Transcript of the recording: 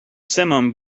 simum